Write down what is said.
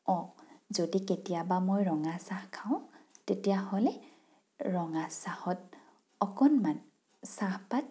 অঁ যদি কেতিয়াবা মই ৰঙা চাহ খাওঁ তেতিয়াহ'লে ৰঙা চাহত অকণমান চাহপাত